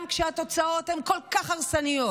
גם כשהתוצאות הן כל כך הרסניות